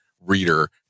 reader